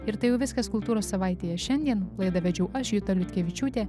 ir tai jau viskas kultūros savaitėje šiandien laidą vedžiau aš juta liutkevičiūtė